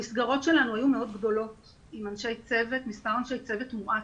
המסגרות שלנו היו מאוד גדולות עם מספר אנשי צוות מועט.